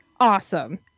awesome